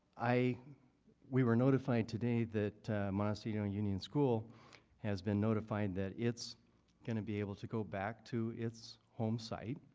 we were notified today that montecito and union school has been notified that it's going to be able to go back to its home site,